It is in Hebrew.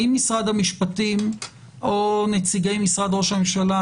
האם משרד המשפטים או נציגי משרד ראש הממשלה,